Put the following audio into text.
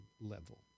level